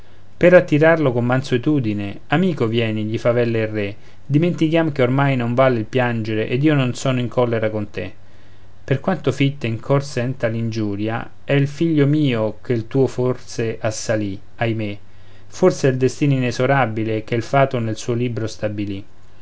per attirarlo con mansuetudine amico vieni gli favella il re dimentichiam che ormai non vale il piangere ed io non sono in collera con te per quanto fitta in cor senta l'ingiuria è il figlio mio che il tuo forse assalì ahimè forse è il destin inesorabile che il fatto nel suo libro stabilì